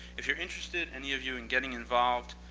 if you're interested, any of you, in getting involved,